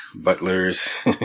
Butlers